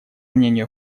мнению